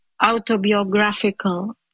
autobiographical